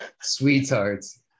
Sweethearts